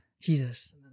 Jesus